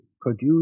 produce